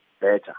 better